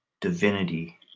divinity